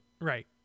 right